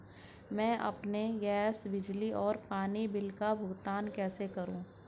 मैं अपने गैस, बिजली और पानी बिल का भुगतान कैसे करूँ?